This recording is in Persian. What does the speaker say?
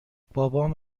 بابام